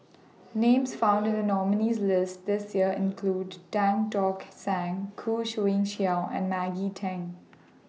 Names found in The nominees' list This Year include Tan Tock San Khoo Swee Chiow and Maggie Teng